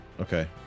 Okay